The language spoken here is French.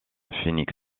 phoenix